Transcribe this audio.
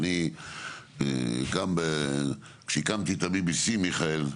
ואני גם כשהקמתי את ה-BBC מיכאל,